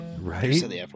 Right